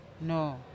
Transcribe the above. No